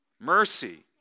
mercy